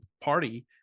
party